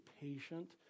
patient